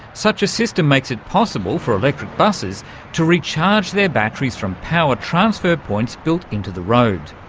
such a system makes it possible for electric busses to recharge their batteries from power transfer points built into the road.